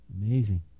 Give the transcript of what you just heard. Amazing